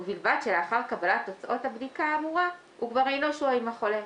ובלבד שלאחר קבלת תוצאות הבדיקה האמורה הוא כבר אינו שוהה עם החולה,